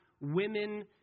Women